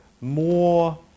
more